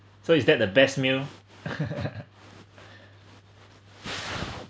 so is that the best meal